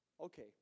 Okay